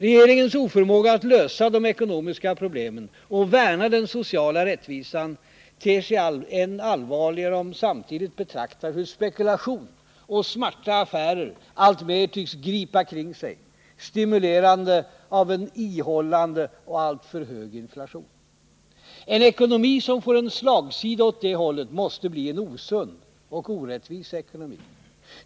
Regeringens oförmåga att lösa de ekonomiska problemen och värna den sociala rättvisan ter sig än allvarligare om man samtidigt betraktar hur spekulation och smarta affärer alltmer tycks gripa kring sig, stimulerade av en ihållande och alltför hög inflation. En ekonomi som får en slagsida åt det hållet måste bli en osund och orättvis ekonomi.